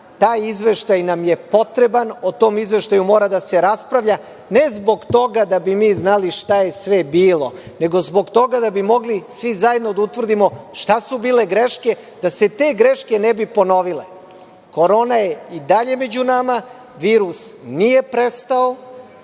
Taj izveštaj nam je potreban, o tom izveštaju mora da se raspravlja, ne zbog toga da bismo mi znali šta je sve bilo, nego zbog toga da bismo mogli svi zajedno da utvrdimo šta su bile greške, da se te greške ne bi ponovile. Korona je i dalje među nama, virus nije prestao.